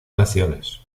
naciones